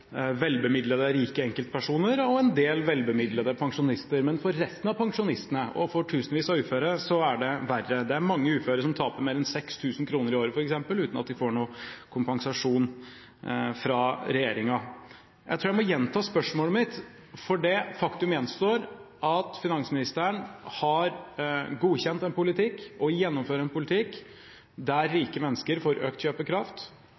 velbemidlede, rike enkeltpersoner og en del velbemidlede pensjonister. Men for resten av pensjonistene, og for tusenvis av uføre, er det verre. Det er mange uføre som taper mer enn 6 000 kr i året, f.eks., uten at de får noen kompensasjon fra regjeringen. Jeg tror jeg må gjenta spørsmålet mitt, for det faktum gjenstår at finansministeren har godkjent en politikk, og gjennomfører en politikk, der rike mennesker får økt kjøpekraft,